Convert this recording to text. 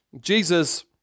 Jesus